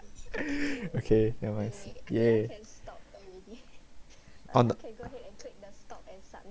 okay never mind ya on